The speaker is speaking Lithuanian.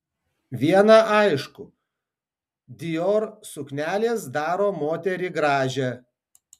viena aišku dior suknelės daro moterį gražią